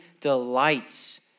delights